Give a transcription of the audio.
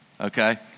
okay